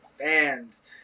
fans